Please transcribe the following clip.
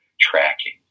tracking